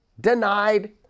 denied